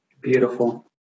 Beautiful